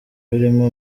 birimo